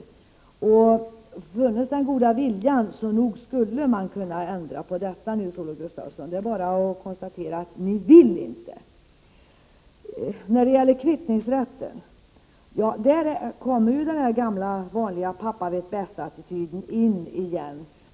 Nog skulle man kunna ändra på detta, Nils-Olof Gustafsson, om den goda viljan funnes. Det är bara att konstatera att ni inte vill. När det gäller kvittningsrätten kommer den gamla vanliga ”pappa vet bäst”-attityden in igen.